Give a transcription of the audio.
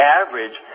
average